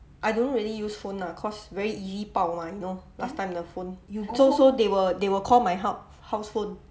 I don't really use phone ah cause very easy 爆 [one] you know last time the phone so so they will they will call my hou~ house phone